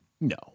No